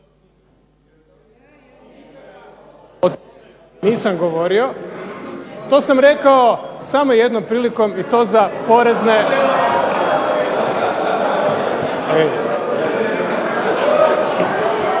mikrofon./… To sam rekao samo jednom prilikom i to za porezne